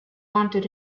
wanted